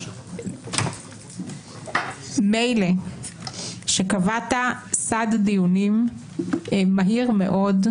מילא שקבעת סד דיונים מהיר מאוד,